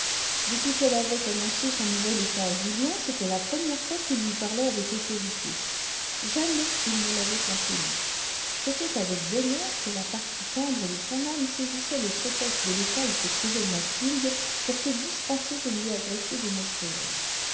depuis qu'elle avait annoncé son nouvel état à julien c'était la première fois qu'il lui parlait avec autorité jamais il ne l'avait tant aimée c'était avec bonheur que la partie tendre de son âme saisissait le prétexte de l'état où se trouvait mathilde pour se dispenser de lui adresser des mots cruels